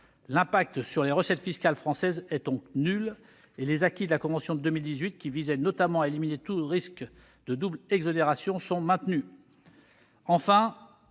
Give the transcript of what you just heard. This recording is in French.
L'incidence sur les recettes fiscales françaises est par conséquent nulle et les acquis de la convention de 2018, qui visaient notamment à éliminer tout risque de double exonération, sont maintenus.